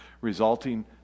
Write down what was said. resulting